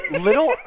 little